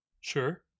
Sure